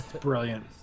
Brilliant